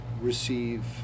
receive